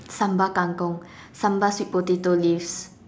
sambal Kang-kong sambal sweet potato leaves